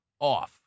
off